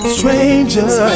Strangers